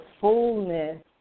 fullness